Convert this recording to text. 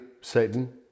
Satan